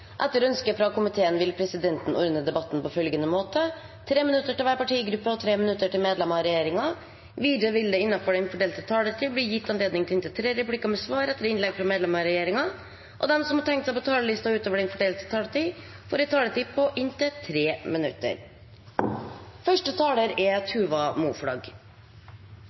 Etter ønske fra helse- og omsorgskomiteen vil presidenten ordne debatten på følgende måte: 3 minutter til hver partigruppe og 3 minutter til medlemmer av regjeringen. Videre vil det – innenfor den fordelte taletid – bli gitt anledning til inntil tre replikker med svar etter innlegg fra medlemmer av regjeringen, og de som måtte tegne seg på talerlisten utover den fordelte taletid, får også en taletid på inntil 3 minutter.